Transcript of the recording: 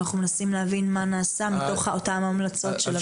אבל אנחנו מנסים להבין מה נעשה מתוך אותן המלצות.